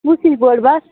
کُس ہِش بٔڈۍ بَس